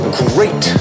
great